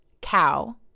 cow